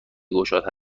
گشاد